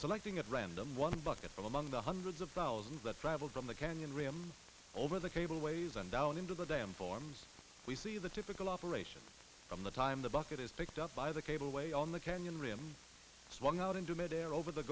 selecting at random one bucket from among the hundreds of thousands that travel down the canyon rim over the cable ways and down into the dam forms we see the typical operation from the time the bucket is picked up by the cableway on the canyon rim swung out into mid air over the